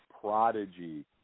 Prodigy